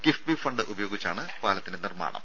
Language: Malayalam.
കിഫ്ബി ഫണ്ട് ഉപയോഗിച്ചാണ് പാലത്തിന്റെ നിർമ്മാണം